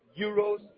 euros